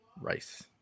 rice